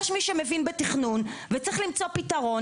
יש מי שמבין בתכנון וצריך למצוא פתרון,